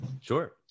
Sure